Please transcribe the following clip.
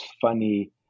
funny